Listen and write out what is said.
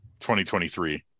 2023